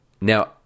Now